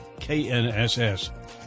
KNSS